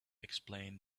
explain